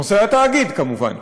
נושא התאגיד כמובן.